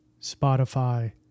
Spotify